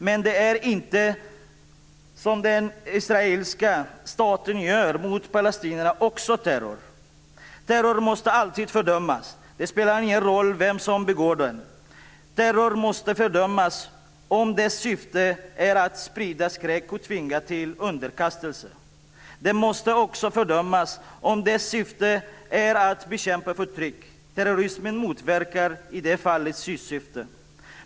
Men är inte det som den israeliska staten gör mot palestinierna också terror? Terror måste alltid fördömas. Det spelar ingen roll vem som begår terrordåd. Terror måste fördömas om dess syfte är att sprida skräck och tvinga till underkastelse. Den måste också fördömas om dess syfte är att bekämpa förtryck. Terrorismen motverkar i det fallet sitt syfte.